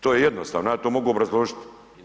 To je jednostavno, ja to mogu obrazložiti.